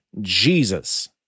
Jesus